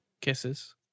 kisses